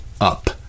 up